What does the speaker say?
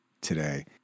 today